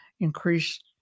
increased